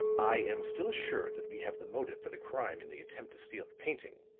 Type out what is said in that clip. i am still assured that we have the motive for the crime in the attempt to steal the painting,